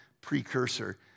precursor